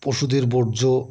পশুদের বর্জ্য